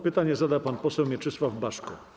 Pytanie zada pan poseł Mieczysław Baszko.